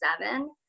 seven